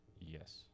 Yes